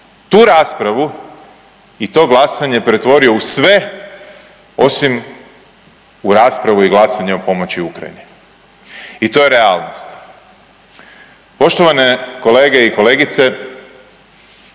tu raspravu i to glasanje pretvorio u sve osim u raspravu i glasanje o pomoći Ukrajini i to je realnost. Poštovane kolege i kolegice